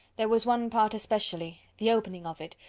there was one part especially, the opening of it,